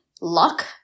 luck